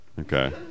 Okay